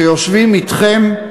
שיושבים אתכם,